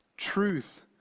truth